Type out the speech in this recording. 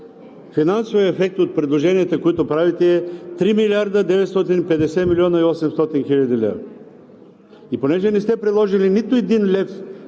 финансовият ефект от предложенията, които правите, е 3 млрд. 950 млн. 800 хил. лв. И понеже не сте предложили нито един лев